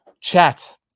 Chat